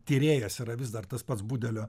tyrėjas yra vis dar tas pats budelio